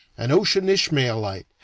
an ocean ishmaelite,